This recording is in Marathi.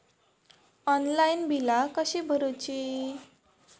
ऑनलाइन बिला कशी भरूची?